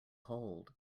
hold